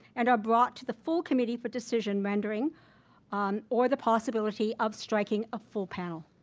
and are brought to the full committee for decision rendering or the possibility of striking a full panel.